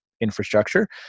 infrastructure